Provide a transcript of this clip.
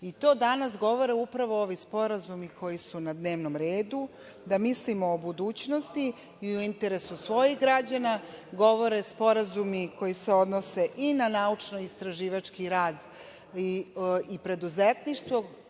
i to danas govore upravo ovi sporazumi koji su na dnevnom redu, da mislimo o budućnosti i u interesu svojih građana, govore sporazumi koji se odnose i na naučno-istraživački rad i preduzetništvo,